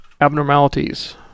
abnormalities